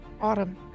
Autumn